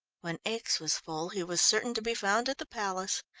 when aix was full he was certain to be found at the palace,